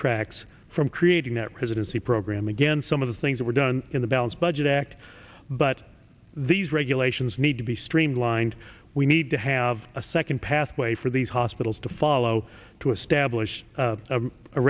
tracks from creating that residency program again some of the things that were done in the balanced budget act but these regulations need to be streamlined we need to have a second pathway for these hospitals to follow to establish a